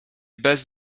bases